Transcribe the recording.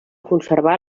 conservar